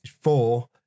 four